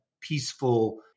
peaceful